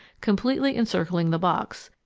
completely encircling the box,